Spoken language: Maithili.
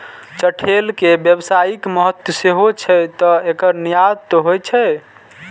चठैल के व्यावसायिक महत्व सेहो छै, तें एकर निर्यात होइ छै